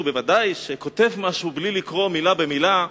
שבוודאי כותב משהו בלי לקרוא מלה במלה.